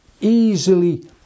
easily